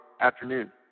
afternoon